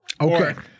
Okay